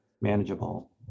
manageable